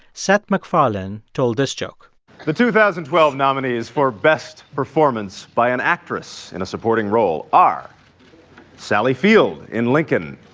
seth macfarlane told this joke the two thousand and twelve nominees for best performance by an actress in a supporting role are sally field in lincoln,